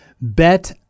Bet